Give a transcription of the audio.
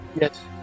Yes